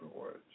words